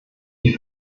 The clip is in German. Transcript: die